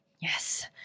Yes